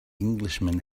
englishman